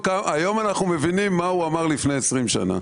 היום אנחנו מבינים מה הוא אמר לפני 20 שנה.